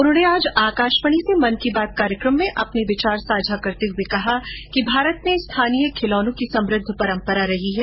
उन्होंने आज आकाशवाणी से मन की बात कार्यक्रम में अपने विचार साझा करते हुए कहा कि भारत में लोकल खिलौनों की समृद्ध परंपरा रही है